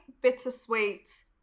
bittersweet